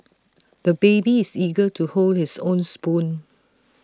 the baby is eager to hold his own spoon